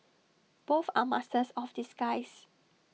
both are masters of disguise